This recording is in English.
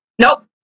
nope